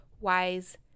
wise